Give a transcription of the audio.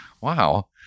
wow